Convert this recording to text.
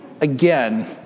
again